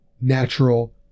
natural